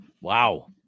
wow